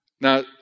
Now